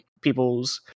people's